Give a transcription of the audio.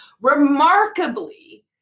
remarkably